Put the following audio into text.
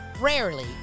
rarely